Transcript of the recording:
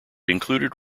included